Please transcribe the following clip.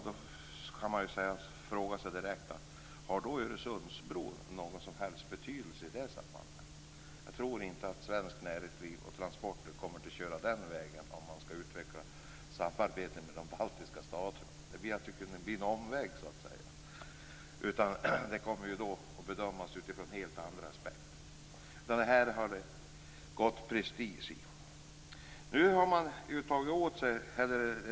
Då kan man direkt fråga sig om Öresundsbron har någon som helst betydelse i det sammanhanget. Jag tror inte att svenskt näringsliv kommer att låta transporter köra den vägen, om samarbetet skall utvecklas med de baltiska staterna. Det blir en omväg. Det kommer att bedömas utifrån helt andra aspekter. En lärdom har dragits av det hela.